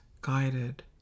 guided